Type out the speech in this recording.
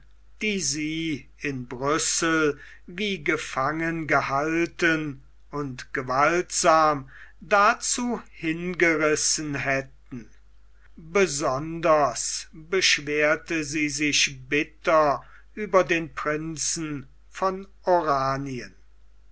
in brüssel wie gefangen gehalten und gewaltsam dazu hingerissen hätten besonders beschwerte sie sich bitter über den prinzen von oranien